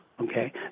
okay